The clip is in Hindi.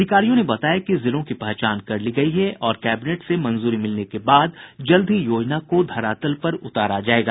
अधिकारियों ने बताया कि जिलों की पहचान कर ली गयी है और कैबिनेट से मंजूरी के बाद जल्द ही योजना को धरातल पर उतारा जायेगा